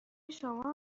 شما